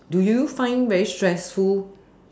do you find very stressful